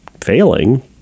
failing